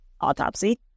autopsy